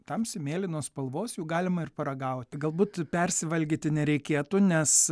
tamsiai mėlynos spalvos jų galima ir paragauti galbūt persivalgyti nereikėtų nes